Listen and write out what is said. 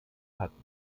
hatten